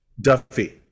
duffy